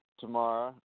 tomorrow